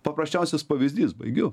paprasčiausias pavyzdys baigiu